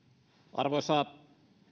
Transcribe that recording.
arvoisa